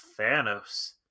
Thanos